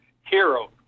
hero